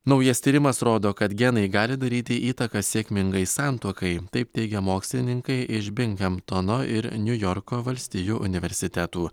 naujas tyrimas rodo kad genai gali daryti įtaką sėkmingai santuokai taip teigia mokslininkai iš bingamtono ir niujorko valstijų universitetų